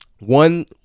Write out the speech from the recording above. One